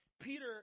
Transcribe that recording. Peter